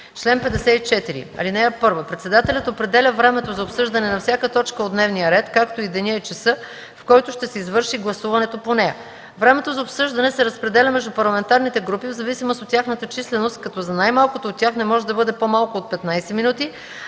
чл. 54: „Чл. 54. (1) Председателят определя времето за обсъждане на всяка точка от дневния ред, както и деня и часа, в който ще се извърши гласуването по нея. Времето за обсъждане се разпределя между парламентарните групи в зависимост от тяхната численост, като за най-малката от тях не може да бъде по-малко от 15 минути,